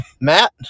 Matt